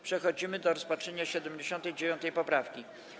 Przechodzimy do rozpatrzenia 79. poprawki.